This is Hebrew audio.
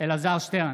אלעזר שטרן,